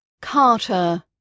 Carter